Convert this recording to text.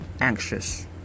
anxious